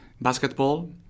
basketball